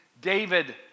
David